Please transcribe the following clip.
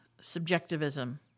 subjectivism